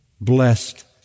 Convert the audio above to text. blessed